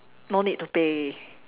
no need to pay